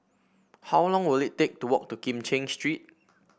how long will it take to walk to Kim Cheng Street